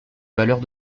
valeurs